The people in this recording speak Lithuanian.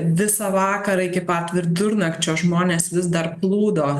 visą vakarą iki pat vidurnakčio žmonės vis dar plūdo